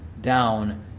down